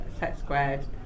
SetSquared